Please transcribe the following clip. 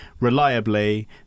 reliably